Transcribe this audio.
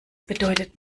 bedeutet